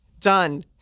done